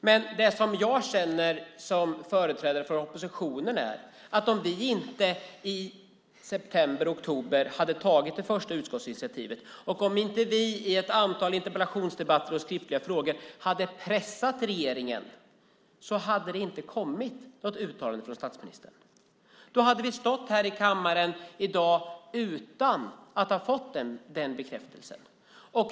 Men det som jag som företrädare för oppositionen känner är att om vi inte i september och oktober hade tagit det första utskottsinitiativet och om inte vi i ett antal interpellationsdebatter och skriftliga frågor hade pressat regeringen hade det inte kommit något uttalande från statsministern. Då hade vi stått här i kammaren i dag utan att ha fått den bekräftelsen.